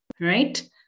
right